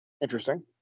Interesting